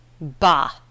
Bah